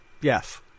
Yes